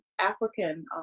African